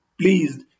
pleased